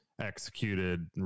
executed